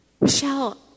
Michelle